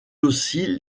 aussi